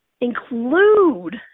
Include